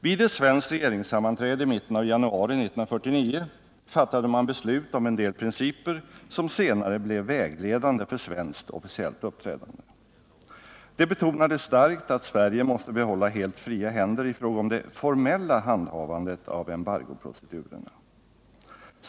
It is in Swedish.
Vid ett svenskt regeringssammanträde i mitten av januari 1949 fattade man beslut om en del principer som senare blev vägledande för svenskt officiellt uppträdande. Det betonades starkt att Sverige måste behålla helt fria händer i fråga om det formella handhavandet av embargoprocedurerna.